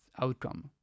outcome